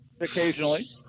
occasionally